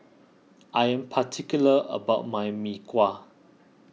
I am particular about my Mee Kuah